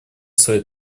своей